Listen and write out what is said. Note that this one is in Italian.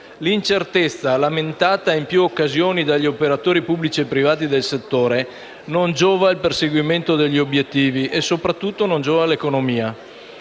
L'incertezza, lamentata in più occasioni dagli operatori pubblici e privati del settore, non giova al perseguimento degli obiettivi e soprattutto non giova all'economia.